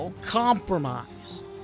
compromised